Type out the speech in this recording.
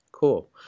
Cool